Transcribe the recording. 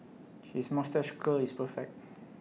his moustache curl is perfect